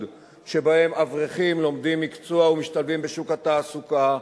שבהן אברכים לומדים מקצוע ומשתלבים בשוק התעסוקה,